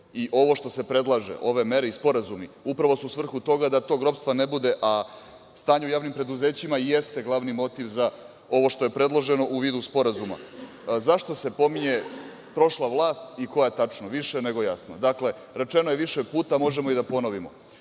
i ovo što se predlaže ove mere i sporazumi upravo su svrhu toga da tog ropstva ne bude, a stanje u javnim preduzećima i jeste glavni motiv za ovo što je predloženo u vidu sporazuma.Zašto se pominje prošla vlast i koja tačno, više nego jasno? Dakle, rečeno je više puta, možemo i da ponovimo.